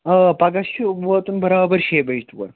آ پَگاہ چھُ واتُن برابر شیٚیہِ بَجہِ تور